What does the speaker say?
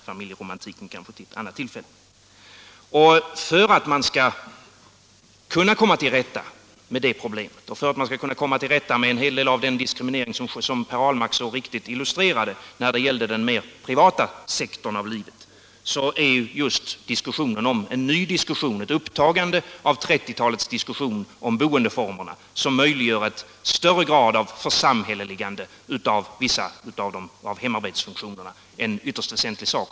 Familjeromantiken kan vi spara till ett annat tillfälle. E För att man skall kunna komma till rätta med detta problem och med en hel del av den diskriminering som Per Ahlmark så riktigt illustrerade när det gällde den mer privata sektorn av livet är just en ny diskussion - ett upptagande av 1930-talets diskussion - om boendeformerna, som möjliggör en högre grad av församhälleligande av vissa av hemarbetsfunktionerna, en ytterst väsentlig sak.